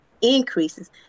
increases